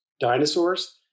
dinosaurs